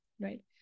right